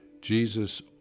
Jesus